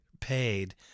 paid